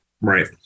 Right